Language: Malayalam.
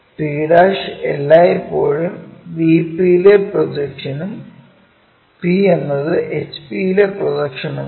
p എല്ലായ്പ്പോഴും VP യിലെ പ്രൊജക്ഷനും p എന്നത് HP യിലെ പ്രൊജക്ഷനുമാണ്